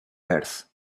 earth